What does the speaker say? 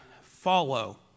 follow